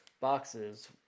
boxes